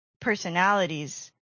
personalities